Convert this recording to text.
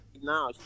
now